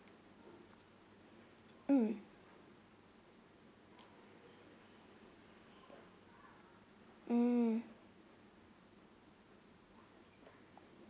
mm mm